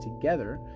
together